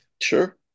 sure